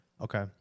Okay